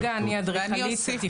כרגע אני אדריכלית תכנון.